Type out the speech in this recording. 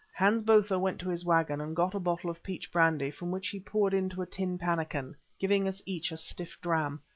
hans botha went to his waggon and got a bottle of peach brandy, from which he poured into a tin pannikin, giving us each a stiff dram,